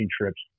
trips